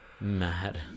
mad